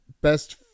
Best